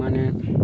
ᱢᱟᱱᱮ